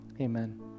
Amen